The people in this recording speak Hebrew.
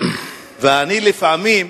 ואני לפעמים,